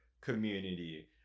community